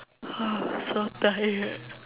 so tired